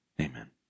amen